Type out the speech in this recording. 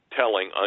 telling